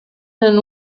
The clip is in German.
den